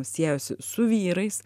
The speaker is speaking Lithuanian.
siejosi su vyrais